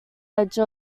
edge